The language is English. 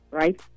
right